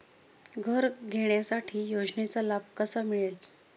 घर घेण्यासाठी योजनेचा लाभ कसा मिळेल?